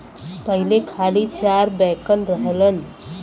पहिले खाली चार बैंकन रहलन